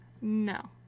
No